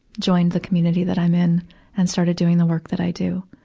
joined the community that i'm in and started doing the work that i do.